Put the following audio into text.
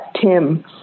Tim